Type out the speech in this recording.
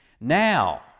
Now